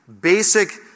basic